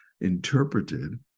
interpreted